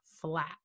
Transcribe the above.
flat